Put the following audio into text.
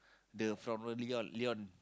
the from the Leon Leon